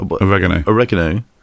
oregano